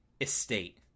estate